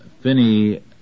Finney